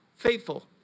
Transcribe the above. Faithful